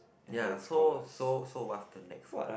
ya so so so what's the next one